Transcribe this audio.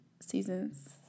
seasons